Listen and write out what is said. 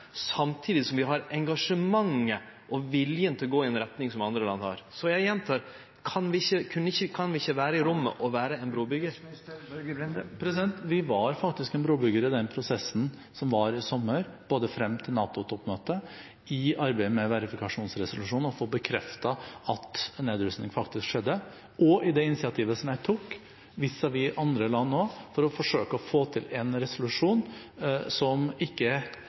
samtidig som vi har engasjementet og viljen til å gå i ei retning som andre land har. Eg gjentek: Kan vi ikkje vere i rommet og vere ein brubyggjar? Vi var faktisk en brobygger i den prosessen som var i sommer, både frem til NATO-toppmøtet, i arbeidet med verifikasjonsresolusjonen, å få bekreftet at nedrustning faktisk skjedde, og også i det initiativet som jeg tok vis-a-vis andre land, for å forsøke å få til en resolusjon som ikke